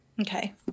Okay